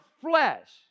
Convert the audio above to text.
flesh